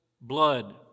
blood